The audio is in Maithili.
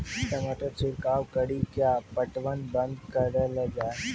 टमाटर छिड़काव कड़ी क्या पटवन बंद करऽ लो जाए?